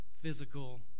physical